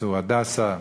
צור-הדסה,